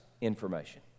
information